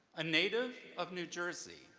a native of new jersey,